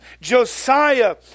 Josiah